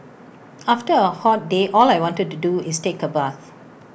after A hot day all I want to do is take A bath